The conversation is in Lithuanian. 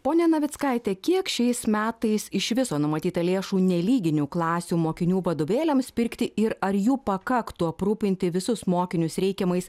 ponia navickaite kiek šiais metais iš viso numatyta lėšų nelyginių klasių mokinių vadovėliams pirkti ir ar jų pakaktų aprūpinti visus mokinius reikiamais